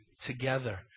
together